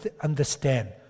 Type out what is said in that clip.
understand